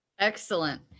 Excellent